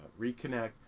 reconnect